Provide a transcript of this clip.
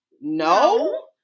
no